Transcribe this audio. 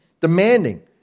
demanding